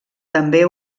també